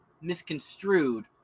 misconstrued